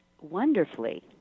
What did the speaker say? Wonderfully